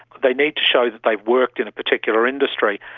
they need to show that they have worked in a particular industry.